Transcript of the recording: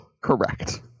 correct